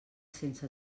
sense